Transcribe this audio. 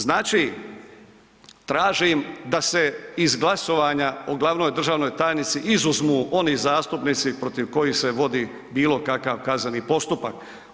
Znači tražim da se iz glasovanja o glavnoj državnoj tajnici izuzmu oni zastupnici protiv kojih se vodi bilo kakav kazneni postupak.